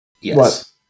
Yes